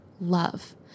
love